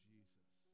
Jesus